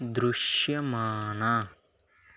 దృశ్యమాన